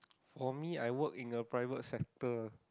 for me I work in a private sector